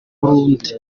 burundi